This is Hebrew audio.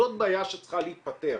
זאת בעיה שצריכה להיפתר.